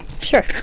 Sure